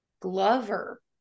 glover